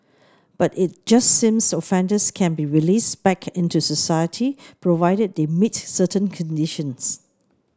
but it just sames offenders can be released back into society provided they meet certain conditions